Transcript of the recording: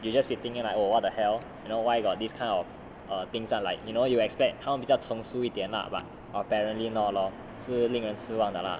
you just been thinking like oh what the hell you know why got this kind of err things [one] like you know you expect 他们比较成熟一点 lah but apparently not lor 是令人失望的 lah